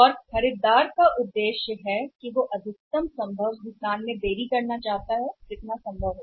और खरीदार का उद्देश्य यह है कि वह अधिकतम संभव भुगतान में देरी करना चाहता है समय अधिकतम संभव था